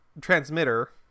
transmitter